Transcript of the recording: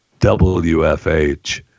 WFH